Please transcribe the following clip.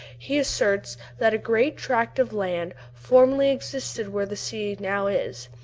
he asserts that a great tract of land formerly existed where the sea now is,